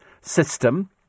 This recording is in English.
system